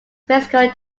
physical